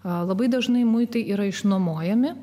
labai dažnai muitai yra išnuomojami